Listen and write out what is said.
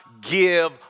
give